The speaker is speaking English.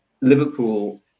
Liverpool